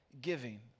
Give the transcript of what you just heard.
giving